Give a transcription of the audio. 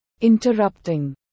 interrupting